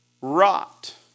rot